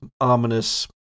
ominous